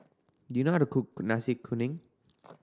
do you know how to cook Nasi Kuning